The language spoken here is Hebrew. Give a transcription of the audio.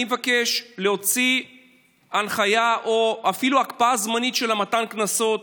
אני מבקש להוציא הנחיה או אפילו הקפאה זמנית של מתן הקנסות.